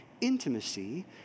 intimacy